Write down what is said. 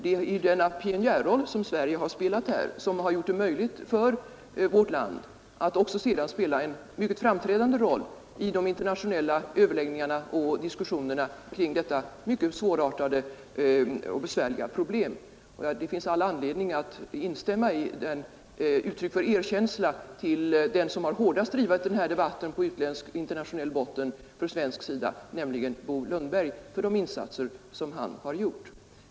Det är denna pionjärroll som har gjort det möjligt för vårt land att också sedan spela en mycket framträdande roll i de internationella överläggningarna och diskussionerna kring detta mycket svårartade och besvärliga problem. Det finns all anledning att instämma i statsministerns uttryck för erkänsla till den som hårdast har drivit den här debatten på internationell botten från svensk sida, nämligen Bo Lundberg, för de insatser som han har gjort.